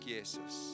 Jesus